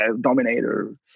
dominator